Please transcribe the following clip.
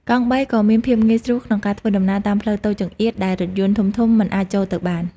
កង់បីក៏មានភាពងាយស្រួលក្នុងការធ្វើដំណើរតាមផ្លូវតូចចង្អៀតដែលរថយន្តធំៗមិនអាចចូលទៅបាន។